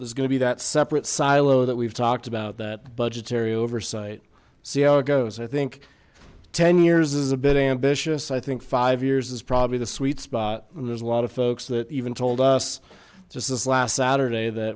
there's going to be that separate silo that we've talked about that budgetary oversight see how it goes i think ten years is a bit ambitious i think five years is probably the sweet spot and there's a lot of folks that even told us just this last saturday that